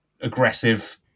aggressive